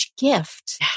gift